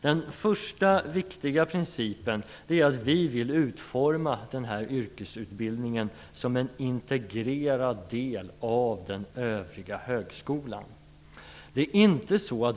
Den första viktiga principen är att vi vill utforma yrkesutbildningen som en integrerad del av den övriga högskolan.